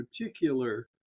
particular